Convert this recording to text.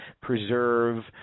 preserve